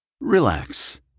Relax